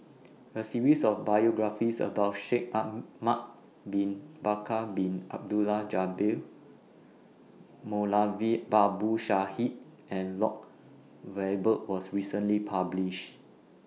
A series of biographies about Shaikh Ahmad Bin Bakar Bin Abdullah Jabbar Moulavi Babu Sahib and Lloyd Valberg was recently published